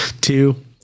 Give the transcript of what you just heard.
Two